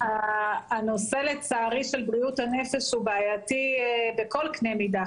הנושא של בריאות הנפש הוא בעייתי בכל קנה מידה.